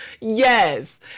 Yes